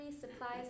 supplies